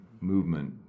movement